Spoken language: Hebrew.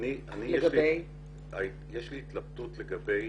יש לי התלבטות לגבי